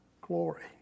glory